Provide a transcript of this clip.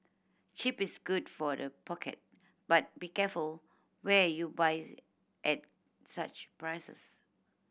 cheap is good for the pocket but be careful where you buy at such prices